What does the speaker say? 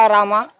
Rama